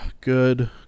good